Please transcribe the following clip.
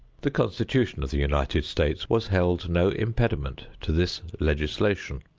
the constitution of the united states was held no impediment to this legislation.